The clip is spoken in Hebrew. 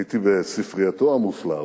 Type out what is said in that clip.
הייתי בספרייתו המופלאה,